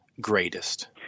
greatest